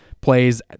plays